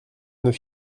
nos